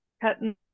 cutting